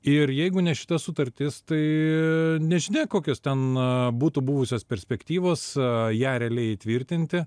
ir jeigu ne šita sutartis tai nežinia kokios ten būtų buvusios perspektyvos ją realiai įtvirtinti